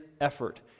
effort